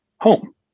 home